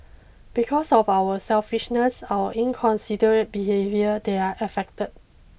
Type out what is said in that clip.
because of our selfishness our inconsiderate behaviour they are affected